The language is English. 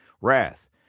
wrath